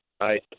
Hi